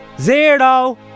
zero